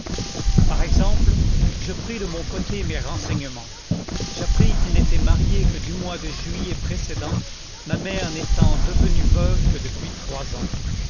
par exemple je pris de mon côté mes renseignements j'appris qu'ils n'étaient mariés que du mois de juillet précédent ma mère n'étant devenue veuve que depuis trois ans